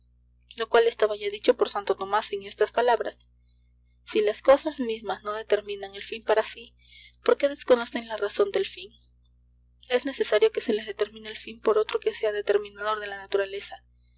lo cual estaba ya dicho por santo tomás en estas palabras si las cosas mismas no determinan el fin para sí porque desconocen la razón del fin es necesario que se les determine el fin por otro que sea determinador de la naturaleza